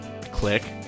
Click